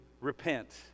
repent